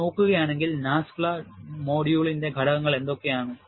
നിങ്ങൾ നോക്കുകയാണെങ്കിൽ NASFLA മൊഡ്യൂളിന്റെ ഘടകങ്ങൾ എന്തൊക്കെയാണ്